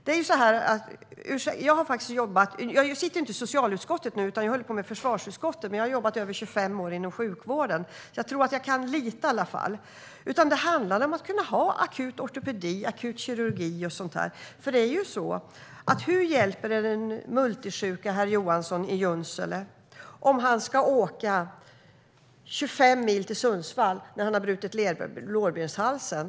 Jag sitter i försvarsutskottet nu, inte socialutskottet, men jag har jobbat inom sjukvården i över 25 år och tror att jag kan lite grann i alla fall. Det här handlar om att ha akut ortopedi, akut kirurgi och sådant. Hur hjälper det den multisjuke herr Johansson i Junsele om han måste åka 25 mil till Sundsvall när han har brutit lårbenshalsen?